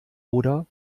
oder